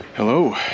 Hello